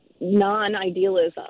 non-idealism